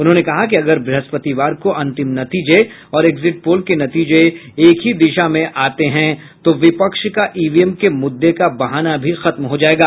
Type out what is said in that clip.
उन्होंने कहा कि अगर ब्रहस्पतिवार को अंतिम नतीजे और एग्जिट पोल के नतीजे एक ही दिशा में आते हैं तो विपक्ष का ईवीएम के मुद्दे का बहाना भी खत्म हो जाएगा